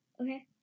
okay